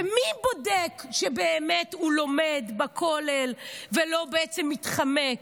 ומי בודק שבאמת הוא לומד בכולל ולא בעצם מתחמק?